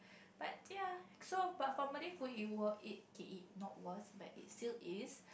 but ya so but for Malay food it was it K it not was but is still is